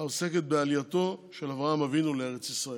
העוסקת בעלייתו של אברהם אבינו לארץ ישראל.